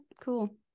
cool